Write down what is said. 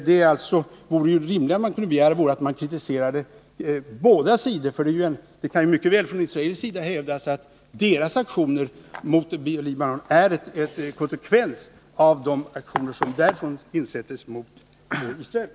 Det vore ju rimligt att begära att man kritiserar båda sidor. Det kan mycket väl hävdas från israelisk sida att deras aktioner mot Libanon är en konsekvens av de aktioner som därifrån insättes mot Israel.